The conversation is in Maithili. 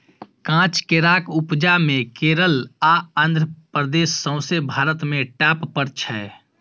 काँच केराक उपजा मे केरल आ आंध्र प्रदेश सौंसे भारत मे टाँप पर छै